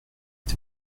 est